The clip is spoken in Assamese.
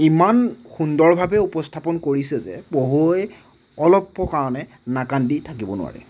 ইমান সুন্দৰভাৱে উপস্থাপন কৰিছে যে পঢ়ুৱৈ অলপৰ কাৰণে নাকান্দি থাকিব নোৱাৰে